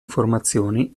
informazioni